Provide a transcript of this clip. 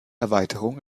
erweiterung